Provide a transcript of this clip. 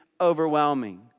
overwhelming